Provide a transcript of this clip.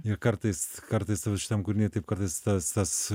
ir kartais kartais vat šitam kūriny taip kartais tas